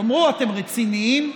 תאמרו: אתם רציניים?